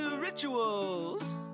rituals